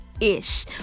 Ish